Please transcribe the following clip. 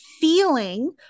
feeling